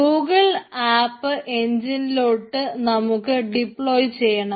Google app എൻജിനിലോട്ട് നമുക്ക് deploy ചെയ്യണം